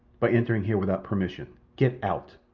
by entering here without permission? get out!